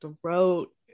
throat